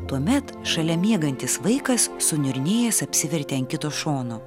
tuomet šalia miegantis vaikas suniurnėjęs apsivertė ant kito šono